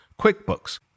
QuickBooks